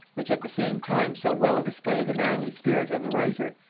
which at the same time so well display the manly spirit of the writer,